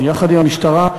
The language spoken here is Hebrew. יחד עם המשטרה,